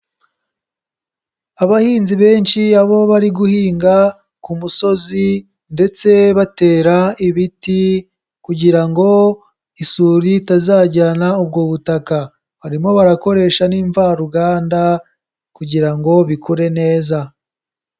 Abahinzi benshi aho bari guhinga ku musozi ndetse batera ibiti kugira ngo isuri itazajyana ubwo butaka, barimo barakoresha n'imvaruganda kugira ngo bikure neza.